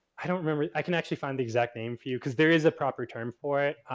i don't remember. i can actually find the exact name for you because there is a proper term for it.